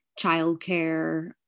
childcare